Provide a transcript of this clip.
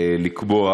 לקבוע.